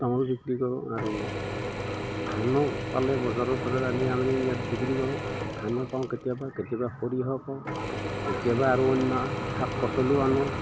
তামোল বিক্ৰী কৰোঁ আৰু ধানো পালে বজাৰৰপৰা আনি আমি ইয়াত বিক্ৰী কৰোঁ ধানো পাওঁ কেতিয়াবা কেতিয়াবা সৰিয়হ পাওঁ কেতিয়াবা আৰু অন্য শাক পাচলিও আনোঁ